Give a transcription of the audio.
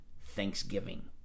thanksgiving